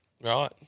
Right